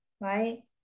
right